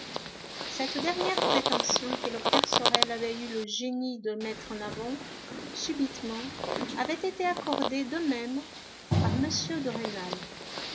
cette dernière prétention que le père sorel avait eu le génie de mettre en avant subitement avait été accordée de même par